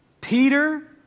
Peter